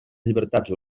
llibertats